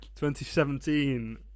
2017